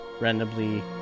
randomly